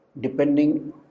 depending